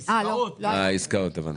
אה, הבנתי.